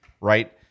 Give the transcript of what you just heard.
right